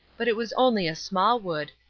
but it was only a small wood,